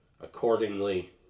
accordingly